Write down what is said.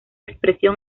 expresión